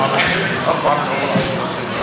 כבודו.